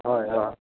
হয় অঁ